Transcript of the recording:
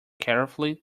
carefully